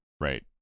right